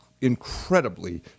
incredibly